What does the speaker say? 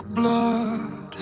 blood